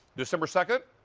december second,